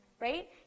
Right